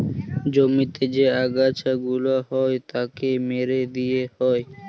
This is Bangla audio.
জমিতে যে আগাছা গুলা হ্যয় তাকে মেরে দিয়ে হ্য়য়